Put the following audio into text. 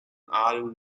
aalen